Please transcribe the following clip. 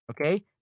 Okay